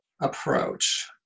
approach